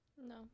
No